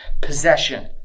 possession